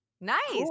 Nice